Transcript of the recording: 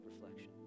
reflection